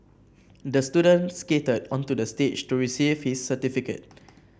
the student skated onto the stage to receive his certificate